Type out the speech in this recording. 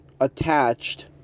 attached